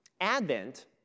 Advent